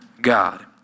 God